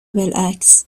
بالعکس